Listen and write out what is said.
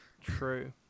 True